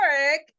Eric